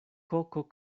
koko